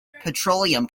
petroleum